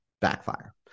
backfire